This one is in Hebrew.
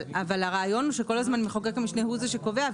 אבל הרעיון הוא שכל הזמן המחוקק הראשי הוא זה שקובע,